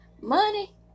Money